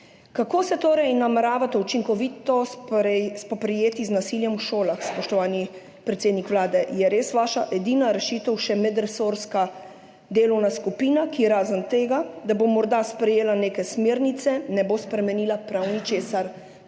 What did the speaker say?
Kako se nameravate učinkovito spoprijeti z nasiljem v šolah, spoštovani predsednik Vlade? Je res vaša edina rešitev še medresorska delovna skupina, ki razen tega, da bo morda sprejela neke smernice, ne bo spremenila prav ničesar?